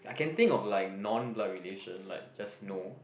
I can think of like non blood relation like just no